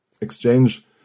exchange